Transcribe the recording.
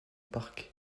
parc